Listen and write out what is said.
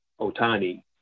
otani